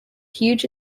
huge